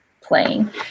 playing